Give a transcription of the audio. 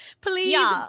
Please